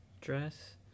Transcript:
dress